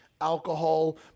alcohol